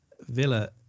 Villa